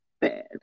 bad